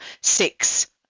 six